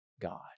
god